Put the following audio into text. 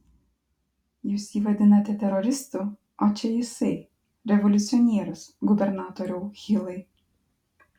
jūs jį vadinate teroristu o čia jisai revoliucionierius gubernatoriau hilai